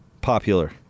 popular